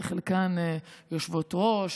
חלקן יושבות-ראש,